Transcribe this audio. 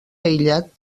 aïllat